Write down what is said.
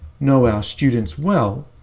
know our students well,